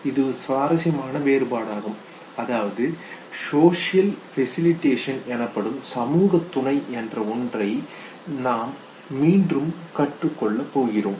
இது ஒரு சுவாரசியமான வேறுபாடாகும் அதாவது சோசியல் ஃபெசிலிடேஷன் எனப்படும் சமூக துணை என்ற ஒன்றை நாம் மீண்டும் கற்றுக்கொள்ளப் போகிறோம்